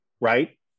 right